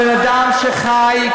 בן-אדם שחי,